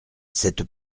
cette